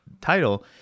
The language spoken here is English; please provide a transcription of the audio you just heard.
title